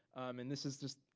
and this is just,